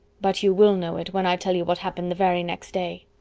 but you will know it, when i tell you what happened the very next day.